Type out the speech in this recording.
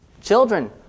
Children